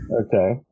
okay